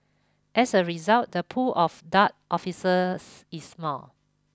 as a result the pool of dart officers is small